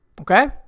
Okay